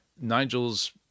Nigel's